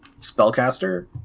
spellcaster